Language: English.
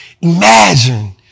Imagine